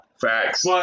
Facts